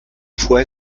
fue